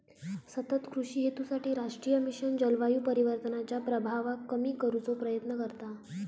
सतत कृषि हेतूसाठी राष्ट्रीय मिशन जलवायू परिवर्तनाच्या प्रभावाक कमी करुचो प्रयत्न करता